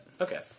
Okay